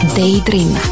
Daydream